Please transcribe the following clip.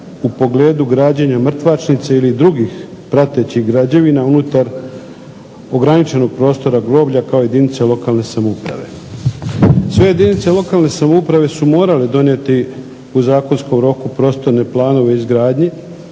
u pogledu građenja mrtvačnice ili drugih pratećih građevina unutar ograničenog prostora groblja kao jedinice lokalne samouprave. Sve jedinice lokalne samouprave su morale donijeti u zakonskom roku prostorne planove o izgradnji